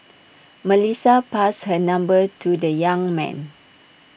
Melissa passed her number to the young man